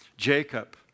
Jacob